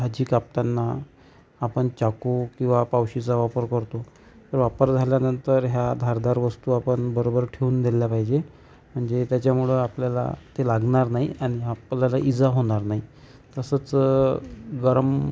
भाजी कापताना आपण चाकू किंवा पावशीचा वापर करतो वापर झाल्यानंतर ह्या धारदार वस्तू आपण बरोबर ठेवून दिल्या पाहिजे म्हणजे त्याच्यामुळे आपल्याला ते लागणार नाही आणि आपल्याला इजा होणार नाही तसंच गरम